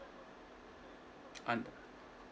un~